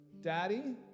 daddy